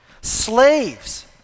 Slaves